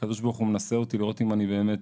שהקדוש ברוך הוא מנסה אותי לראות אם אני באמת